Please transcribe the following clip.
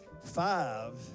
Five